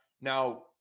Now